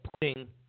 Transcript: putting